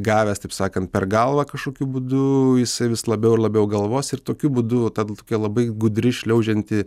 gavęs taip sakant per galvą kažkokiu būdu jisai vis labiau ir labiau galvos ir tokiu būdu ta tokia labai gudri šliaužianti